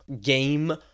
game